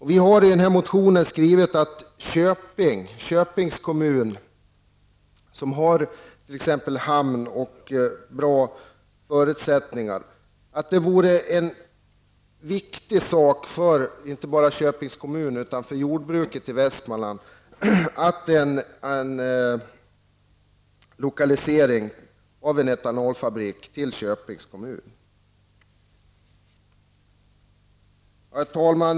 I nämnda motion skriver vi att det för Köpings kommun, som har t.ex. hamn och goda förutsättningar över huvud taget -- ja, det gäller inte bara Köpings kommun utan också jordbruket i Västmanland -- är viktigt att en etanolfarbrik lokaliseras till kommunen. Herr talman!